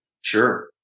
Sure